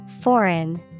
Foreign